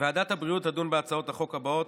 ועדת הבריאות תדון בהצעות החוק הבאות: